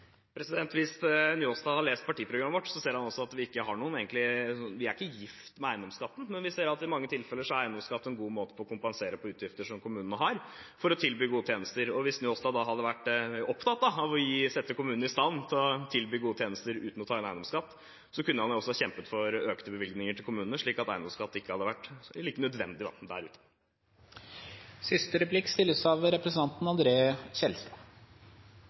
Njåstad har lest partiprogrammet vårt, ser han at vi ikke er gift med eiendomsskatten, men vi ser at eiendomsskatt i mange tilfeller er en god måte å kompensere på for utgifter som kommunene har for å tilby gode tjenester. Hvis Njåstad da hadde vært opptatt av å sette kommunene i stand til å tilby gode tjenester uten å ta inn eiendomsskatt, kunne han også kjempet for økte bevilgninger til kommunene, slik at eiendomsskatt ikke hadde vært like nødvendig. Tilbake til barnehager: I min kommune, Steinkjer, har vi i overkant av